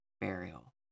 burial